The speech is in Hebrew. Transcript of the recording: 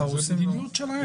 המדיניות שלהם.